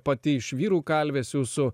pati iš vyrų kalvės jūsų